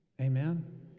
Amen